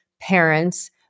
parents